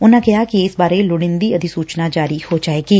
ਉਨਾਂ ਕਿਹਾ ਕਿ ਇਸ ਬਾਰੇ ਲੋੜੀਂਦੀ ਅਧੀਸੁਚਨਾ ਜਾਰੀ ਹੋ ਜਾਵੇਗੀ